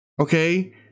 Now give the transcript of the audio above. Okay